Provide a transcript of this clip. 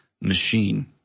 machine